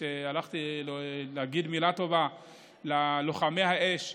כשהלכתי להגיד מילה טובה ללוחמי האש,